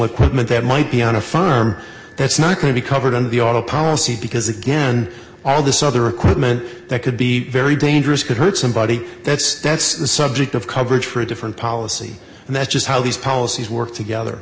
equipment that might be on a farm that's not going to be covered in the auto policy because again all this other equipment that could be very dangerous could hurt somebody that's that's the subject of coverage for a different policy and that's just how these policies work together